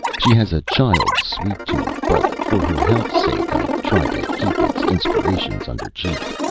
she has a child's sweet tooth, but for her health's sake i try to keep its inspirations under cheek.